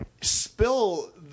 Spill